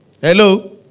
Hello